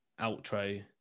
outro